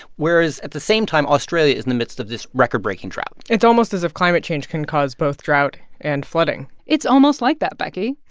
whereas, at the same time, australia is in the midst of this record-breaking drought it's almost as if climate change can cause both drought and flooding it's almost like that, becky.